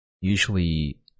usually